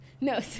No